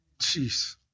Jeez